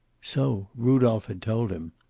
so rudolph had told him!